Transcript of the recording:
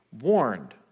Warned